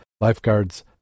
Lifeguards